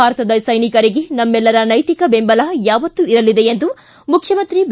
ಭಾರತದ ಸೈನಿಕರಿಗೆ ನಮ್ಮೆಲ್ಲರ ನೈತಿಕ ಬೆಂಬಲ ಯಾವತ್ತೂ ಇರಲಿದೆ ಎಂದು ಮುಖ್ಯಮಂತ್ರಿ ಬಿ